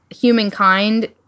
humankind